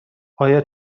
آیا